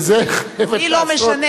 וזה, לעשות.